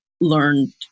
learned